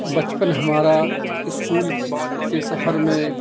بچپن ہمارا اسکول کے سفر میں